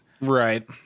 Right